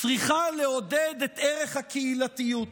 צריכה לעודד את ערך הקהילתיות